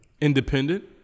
independent